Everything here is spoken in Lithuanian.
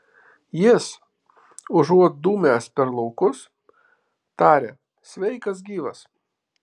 jis užuot dūmęs per laukus taria sveikas gyvas